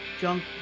Junk